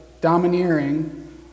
domineering